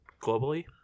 globally